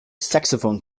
saxophone